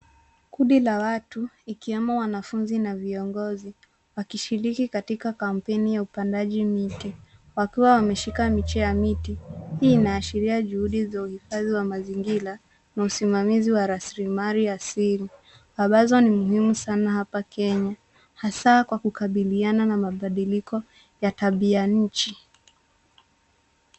Kundi la watu ikiwemo wanafunzi na viongozi wakishiriki katika kampeni ya upandaji miti wakiwa wameshika miche ya miti. Hii ni inaashiria juhudi za uhifadhi wa mazingira na usimamizi wa rasilimali asili ambazo ni muhimu sana hapa Kenya hasa, kwa kukabiliana na mabadiliko ya tabia nchi.